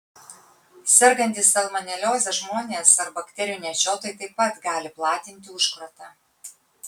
sergantys salmonelioze žmonės ar bakterijų nešiotojai taip pat gali platinti užkratą